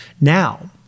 Now